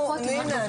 ------ לינא,